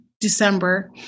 December